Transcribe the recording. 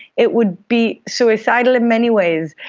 it would be suicidal in many ways.